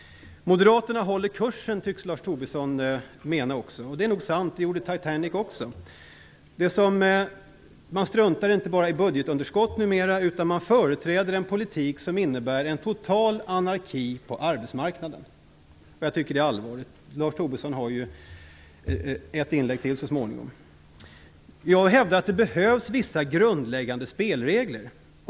Moderaterna håller kursen tycks Lars Tobisson mena också. Det är nog sant. Det gjorde Titanic också. Man struntar inte bara i budgetunderskott numera, utan man företräder en politik som innebär en total anarki på arbetsmarknaden. Jag tycker att det är allvarligt. Lars Tobisson har ju ett inlägg till så småningom. Jag hävdar att det behövs vissa grundläggande spelregler.